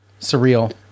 surreal